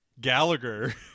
Gallagher